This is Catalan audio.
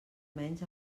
menys